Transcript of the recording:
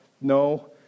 no